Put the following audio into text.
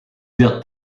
wird